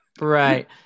right